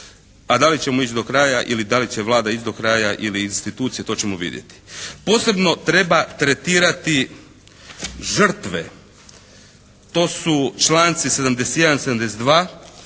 A da li ćemo ići do kraja ili da li će Vlada ići do kraja ili institucije, to ćemo vidjeti. Posebno treba tretirati žrtve. To su članci 71., 72.